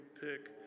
pick